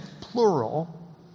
plural